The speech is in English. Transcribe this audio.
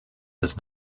does